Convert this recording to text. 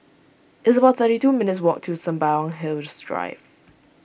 it's about thirty two minutes' walk to Sembawang Hills Drive